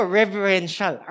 reverential